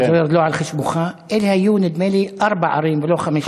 לא על חשבונך: נדמה לי שאלו היו ארבע ערים ולא חמש ערים.